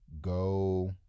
go